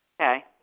Okay